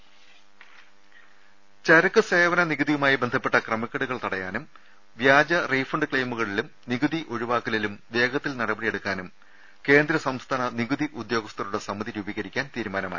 രുട്ട്ട്ട്ട്ട്ട്ട്ട ചരക്ക് സേവന നികുതിയുമായി ബന്ധപ്പെട്ട ക്രമക്കേടുകൾ തടയാനും വ്യാജ റീഫണ്ട് ക്ലെയിമുകളിലും നികുതി ഒഴിവാക്കലിലും വേഗത്തിൽ നട പടിയെടുക്കാനും കേന്ദ്ര സംസ്ഥാന നികുതി ഉദ്യോഗസ്ഥരുടെ സമിതി രൂപീ കരിക്കാൻ തീരുമാനമായി